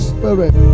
Spirit